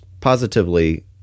positively